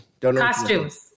Costumes